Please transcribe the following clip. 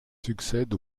succèdent